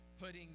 putting